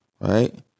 right